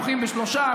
דוחים בשלושה,